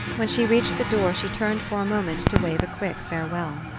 when she reached the door she turned for a moment to wave a quick farewell.